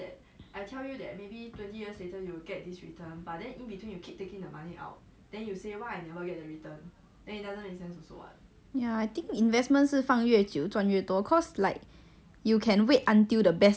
ya I think investments 是放越久赚越多 cause like you can wait until the best time to sell it mah cause 如果你一直要拿出来 then 就是好像行情不好的时候你也是要把它卖掉就不会赚了